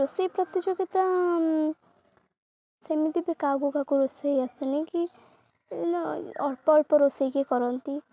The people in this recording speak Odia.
ରୋଷେଇ ପ୍ରତିଯୋଗିତା ସେମିତି ବି କାହାକୁ କାହାକୁ ରୋଷେଇ ଆସନି କି ଅଳ୍ପ ଅଳ୍ପ ରୋଷେଇକି କରନ୍ତି